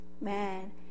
man